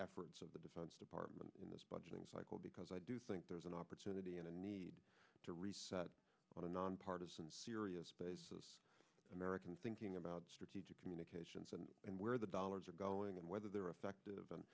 efforts of the defense department in this budget cycle because i do think there's an opportunity in the need to reset on a nonpartisan serious basis american thinking about strategic communications and and where the dollars are going and whether they're effective